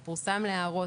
הוא פורסם להערות.